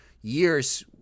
years